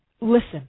listen